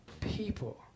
people